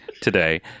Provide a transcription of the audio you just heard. today